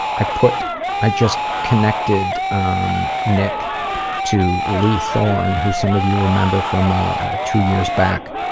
i put i just connected um nick to lee thorne, who some of you remember from ah two years back.